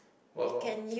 what what what